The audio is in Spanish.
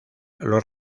los